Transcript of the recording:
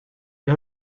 you